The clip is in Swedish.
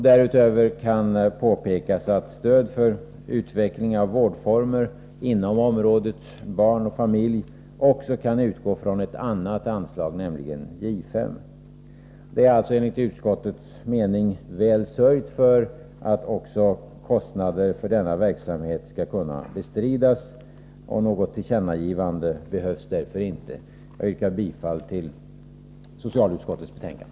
Därutöver kan påpekas att stöd för utveckling av vårdformer inom området barn och familj också kan utgå från ett annat anslag, nämligen J 5. Det är alltså enligt utskottets mening väl sörjt för att också kostnader för denna verksamhet skall kunna bestridas. Något tillkännagivande behövs därför inte. Jag yrkar bifall till socialutskottets betänkande.